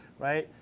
right?